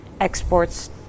exports